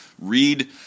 Read